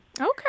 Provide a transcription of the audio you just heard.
Okay